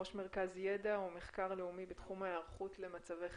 ראש מרכז ידע ומחקר לאומי בתחום ההיערכות למצבי חירום.